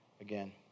again